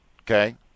okay